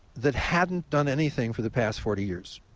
that hadn't done anything for the past forty years,